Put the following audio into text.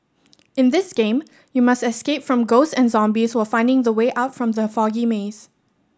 in this game you must escape from ghost and zombies while finding the way out from the foggy maze